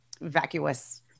vacuous